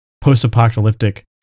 post-apocalyptic